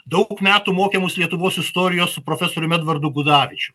daug metų mokė mus lietuvos istorijos su profesorium edvardu gudavičium